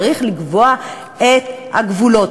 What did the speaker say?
צריך לקבוע את הגבולות.